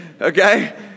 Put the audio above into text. okay